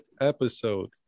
episode